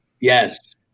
Yes